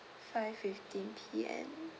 five-fifteen P_M